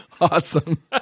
awesome